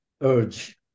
urge